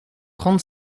trente